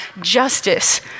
justice